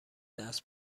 درس